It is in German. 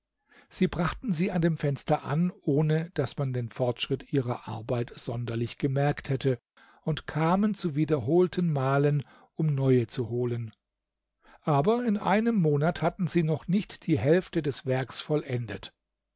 sie brachten sie an dem fenster an ohne daß man den fortschritt ihrer arbeit sonderlich gemerkt hätte und kamen zu wiederholten malen um neue zu holen aber in einem monat hatten sie noch nicht die hälfte des werks vollendet